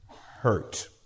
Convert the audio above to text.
hurt